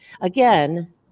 again